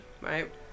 right